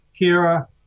Kira